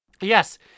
Yes